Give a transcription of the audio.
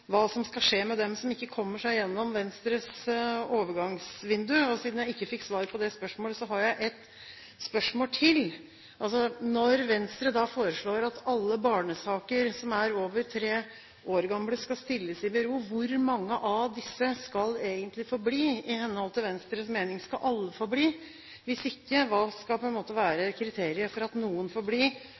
hva som skal skje med dem som ikke kommer seg gjennom Venstres overgangsvindu. Siden jeg ikke fikk svar på dette spørsmålet, har jeg et spørsmål til: Når Venstre foreslår at alle barnesaker som er over tre år gamle, skal stilles i bero, hvor mange av disse barna skal egentlig få bli? I henhold til Venstres mening skal alle få bli. Hvis ikke, hva skal på en måte være kriteriet for at noen